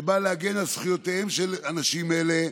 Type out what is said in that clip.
שבא להגן על זכויותיהם של אנשים אלה,